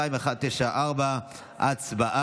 2194. ההצעה